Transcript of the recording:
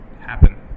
happen